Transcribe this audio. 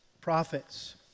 prophets